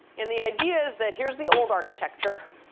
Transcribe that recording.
and the idea is that here's the old architecture,